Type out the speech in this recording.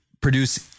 produce